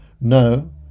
No